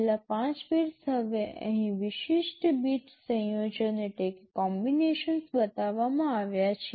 છેલ્લા ૫ બિટ્સ હવે અહીં વિશિષ્ટ બીટ સંયોજનો બતાવવામાં આવ્યા છે